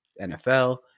NFL